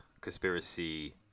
conspiracy